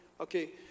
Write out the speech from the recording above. Okay